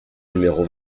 numéro